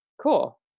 Cool